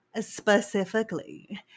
specifically